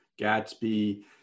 Gatsby